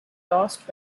lost